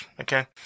okay